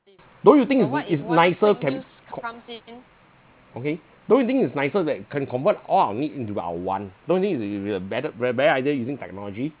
don't you think it's it's nicer can co~ okay don't you think it's nicer that can convert all our need into our want don't you think it's a it will be a better bett~ better idea using technology